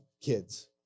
kids